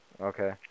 Okay